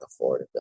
affordability